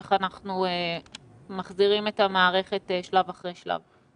איך אנחנו מחזירים את המערכת שלב אחר שלב.